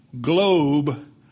globe